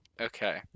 Okay